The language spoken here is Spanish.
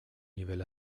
nivel